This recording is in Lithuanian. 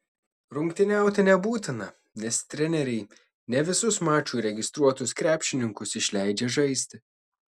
rungtyniauti nebūtina nes treneriai ne visus mačui registruotus krepšininkus išleidžia žaisti